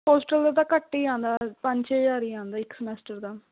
hostel ਦਾ ਤਾਂ ਘੱਟ ਹੀ ਆਉਂਦਾ ਪੰਜ ਛੇ ਹਜ਼ਾਰ ਹੀ ਆਉਂਦਾ ਇੱਕ ਸਮੈਸਟਰ ਦਾ